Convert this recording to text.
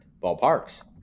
Ballparks